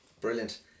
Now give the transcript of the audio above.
brilliant